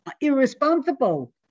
irresponsible